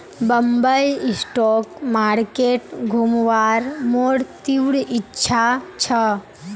Bombay stock market घुमवार मोर तीव्र इच्छा छ